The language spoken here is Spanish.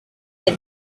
del